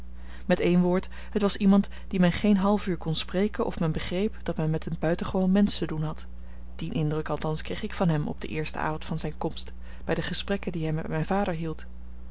met één woord het was iemand dien men geen half uur kon spreken of men begreep dat men met een buitengewoon mensch te doen had dien indruk althans kreeg ik van hem op den eersten avond van zijne komst bij de gesprekken die hij met mijn vader hield